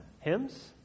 hymns